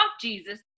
Jesus